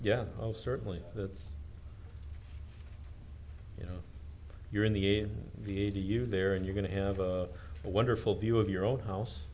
yeah certainly that's you know you're in the a v eighty you there and you're going to have a wonderful view of your own house